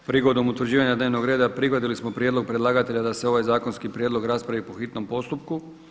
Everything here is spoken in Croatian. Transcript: Prigodom utvrđivanja dnevnog reda prihvatili smo prijedlog predlagatelja da se ovaj zakonski prijedlog raspravi po hitnom postupku.